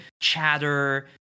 chatter